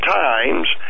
times